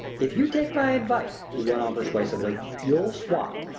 if you take my advice, he went on persuasively, you'll swap.